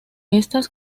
estas